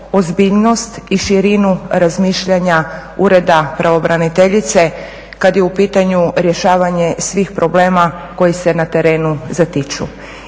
ozbiljnost i širinu razmišljanja Ureda pravobraniteljice kada je u pitanju rješavanje svih problema koji se na terenu zatiču.